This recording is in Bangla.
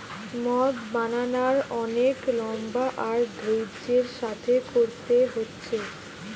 মদ বানানার অনেক লম্বা আর ধৈর্য্যের সাথে কোরতে হচ্ছে